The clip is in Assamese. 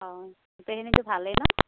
অঁ গোটেইখিনিতো ভালেই ন